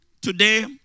Today